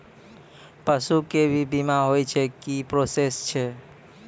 पसु के भी बीमा होय छै, की प्रोसेस छै?